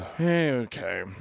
okay